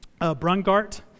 Brungart